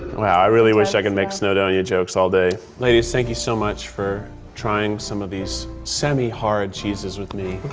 wow, i really wish i could make snowdonia jokes all day. ladies, thank you so much for trying some of these semi-hard cheeses with me.